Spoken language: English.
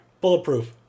Bulletproof